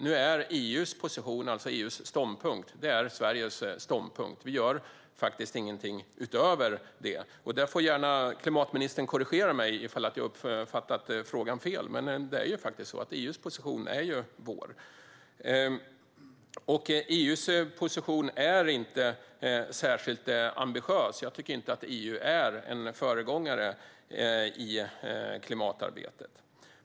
Nu är EU:s ståndpunkt också Sveriges ståndpunkt. Vi gör ingenting utöver detta. Klimatministern får gärna korrigera mig om jag har uppfattat frågan fel, men EU:s position är ju faktiskt vår. EU:s position är inte särskilt ambitiös. Jag tycker inte att EU är en föregångare i klimatarbetet.